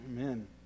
Amen